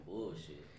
Bullshit